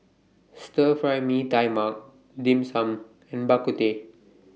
Stir Fry Mee Tai Mak Dim Sum and Bak Kut Teh